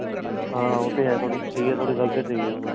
हां उत्थै ऐ थोह्ड़ी ठीक ऐ थुआढ़ी गल्ल ते ठीक ऐ बो